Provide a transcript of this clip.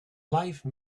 life